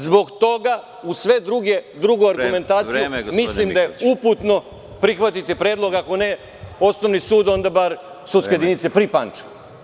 Zbog toga, uz svu drugu argumentacije, mislim da je uputno prihvatiti predlog, ako ne osnovni sud, onda bar sudske jedinice pri Pančevu.